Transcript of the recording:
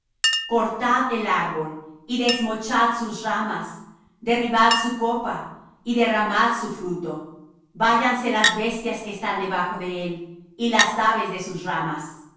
cortad el árbol y desmochad sus ramas derribad su copa y derramad su fruto váyanse las bestias que están debajo de él y las aves de sus ramas